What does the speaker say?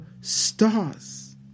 stars